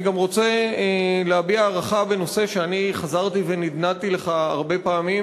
אני גם רוצה להביע הערכה בנושא שאני חזרתי ונדנדתי לך בו הרבה פעמים,